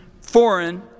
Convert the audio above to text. foreign